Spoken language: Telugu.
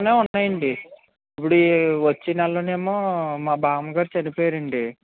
ఎన్నో ఉన్నాయండి ఇప్పుడు ఈ వచ్చే నెలలో ఏమో మా బామ్మగారు చనిపోయారండి